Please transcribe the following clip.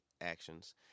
actions